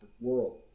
world